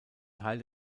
teil